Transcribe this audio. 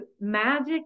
Magic